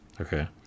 Okay